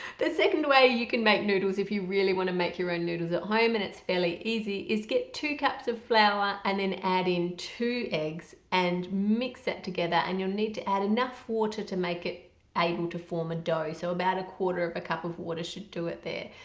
the second way you can make noodles if you really want to make your own noodles at home and it's fairly easy is get two cups of flour and then add in two eggs and mix that together and you'll need to add enough water to make it able to form a dough so about a quarter of a cup of water should do it there.